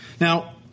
Now